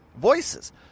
voices